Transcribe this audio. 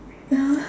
ya